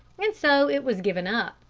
and so it was given up.